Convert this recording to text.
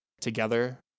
together